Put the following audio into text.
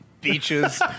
beaches